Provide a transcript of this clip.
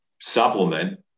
supplement